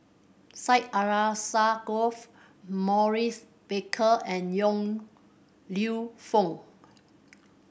Syed Alsagoff Maurice Baker and Yong Lew Foong